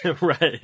Right